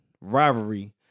rivalry